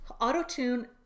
Auto-Tune